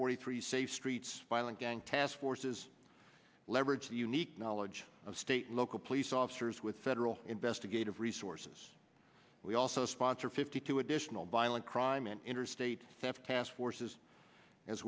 forty three say streets violent gang task forces leverage the unique knowledge of state local police officers with federal investigative resources we also sponsor fifty two additional violent crime and interstate theft task forces as